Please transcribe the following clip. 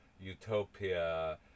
Utopia